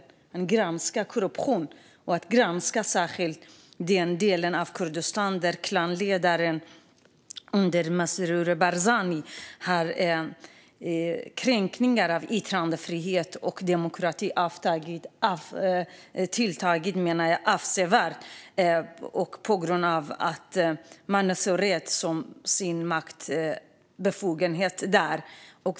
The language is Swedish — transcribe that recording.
De har granskat korruption, och de har särskilt granskat den delen av Kurdistan där det under klanledare och Masrour Barzani har förekommit kränkningar av yttrandefrihet och demokrati. Dessa kränkningar har tilltagit avsevärt på grund av att de är så rädda om sina maktbefogenheter.